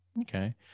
okay